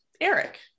Eric